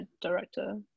director